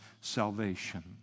salvation